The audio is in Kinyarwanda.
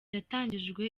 yatangijwe